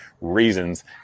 reasons